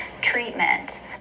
treatment